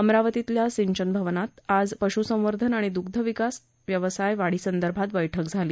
अमरावतीतल्या सिंचन भवनान आज पश्संवर्धन आणि दुग्ध विकास व्यवसाय वाढीसंदर्भात बैठक झाली